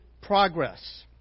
progress